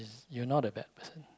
you not a bad person